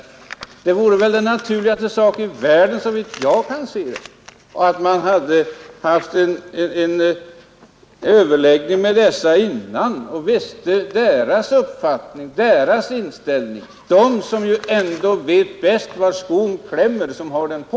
Det är såvitt jag förstår den naturligaste sak i världen att man har en överläggning med dem dessförinnan så att man vet deras uppfattning, deras inställning. Den vet ju ändå bäst var skon klämmer som har den på.